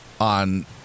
on